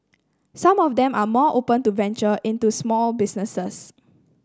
some of them are more open to venture into small businesses